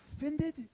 offended